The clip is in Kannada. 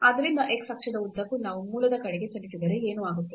ಆದ್ದರಿಂದ x ಅಕ್ಷದ ಉದ್ದಕ್ಕೂ ನಾವು ಮೂಲದ ಕಡೆಗೆ ಚಲಿಸಿದರೆ ಆಗ ಏನಾಗುತ್ತದೆ